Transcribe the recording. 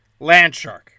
Landshark